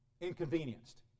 inconvenienced